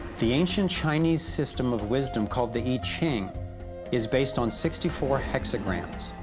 the ancient chinese system of wisdom, called the i-ching, is based on sixty four hexagrams,